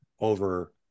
over